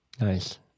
Nice